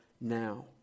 now